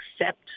accept